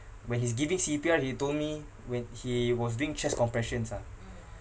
when he's giving C_P_R he told me when he was doing chest compressions ah